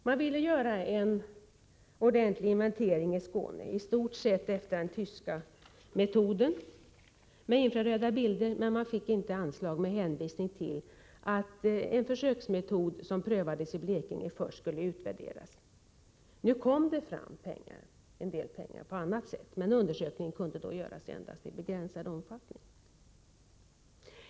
Man ville göra en ordentlig inventering i Skåne, i stort sett efter den tyska metoden med bilder som tagits med hjälp av infrarött ljus, men man fick inte anslag med hänvisning till att en försöksmetod som prövades i Blekinge först skulle utvärderas. Nu kom det fram en del pengar på annat sätt, men undersökningen kunde då genomföras endast i begränsad utsträckning.